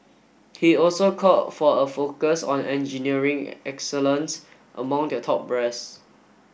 he also called for a focus on engineering excellence among the top brass